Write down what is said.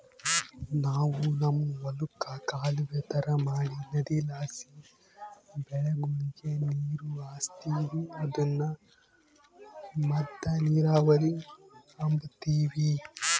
ನಾವು ನಮ್ ಹೊಲುಕ್ಕ ಕಾಲುವೆ ತರ ಮಾಡಿ ನದಿಲಾಸಿ ಬೆಳೆಗುಳಗೆ ನೀರು ಹರಿಸ್ತೀವಿ ಅದುನ್ನ ಮದ್ದ ನೀರಾವರಿ ಅಂಬತೀವಿ